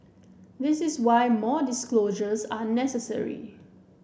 this is why more disclosures are necessary